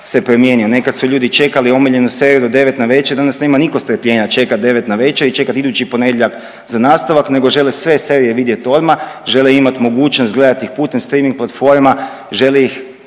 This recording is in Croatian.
se promijenio, nekad su ljudi čekali omiljenu seriju do 9 navečer, danas nema niko strpljenja čekat 9 navečer i čekat idući ponedjeljak za nastavak nego žele sve serije vidjet odmah, žele imat mogućnost gledat ih putem streaming platforma, žele ih